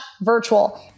virtual